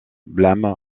blum